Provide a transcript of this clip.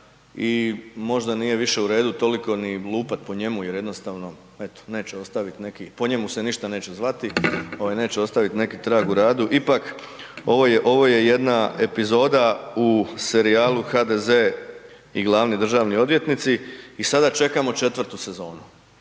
i možda nije više u redu toliko ni lupati po njemu jer jednostavno, eto, neće ostaviti neki, po njemu se ništa neće zvati, neće ostaviti neki trag u radu, ipak, ovo je jedna epizoda u serijalu HDZ i glavni državni odvjetnici i sada čekamo 4. sezonu.